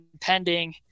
pending